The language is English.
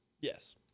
Yes